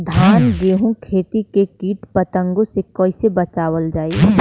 धान गेहूँक खेती के कीट पतंगों से कइसे बचावल जाए?